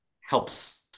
helps